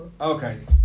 Okay